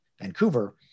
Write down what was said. Vancouver